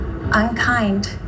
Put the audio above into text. unkind